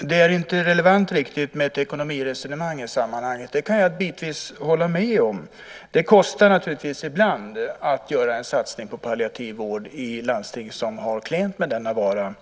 Att det inte är relevant med ett ekonomiresonemang i sammanhanget kan jag bitvis hålla med om. Det kostar naturligtvis ibland att göra en satsning på palliativ vård i landsting som har klent med denna vara.